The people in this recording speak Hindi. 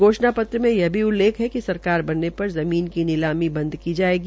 घोषणा मे यह भी उल्लेख है कि सरकार बनने पर ज़मीन की नीलामी बंद की जायेगी